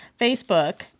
Facebook